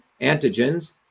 antigens